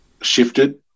shifted